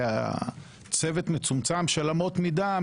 וצוות מצומצם של אמות מידה,